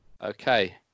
Okay